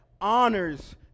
honors